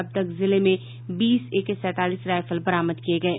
अब तक जिले में बीस एके सैंतालीस राईफल बरामद किये गये